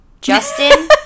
Justin